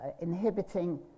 inhibiting